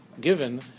given